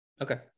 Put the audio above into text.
Okay